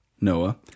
Noah